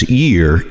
year